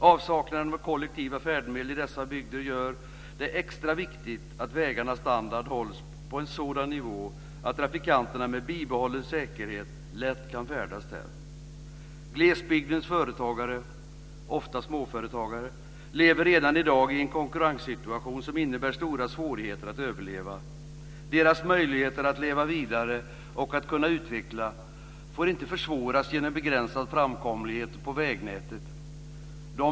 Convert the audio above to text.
Avsaknaden av kollektiva färdmedel i dessa bygder gör det extra viktigt att vägarnas standard hålls på en sådan nivå att trafikanterna lätt kan färdas där med bibehållen säkerhet. Glesbygdens företagare, ofta småföretagare, lever redan i dag i en konkurrenssituation som innebär stora svårigheter att överleva. Deras möjligheter att leva vidare och utvecklas får inte försvåras genom begränsad framkomlighet på vägnätet.